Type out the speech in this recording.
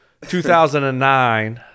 2009